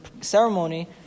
ceremony